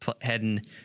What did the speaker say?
heading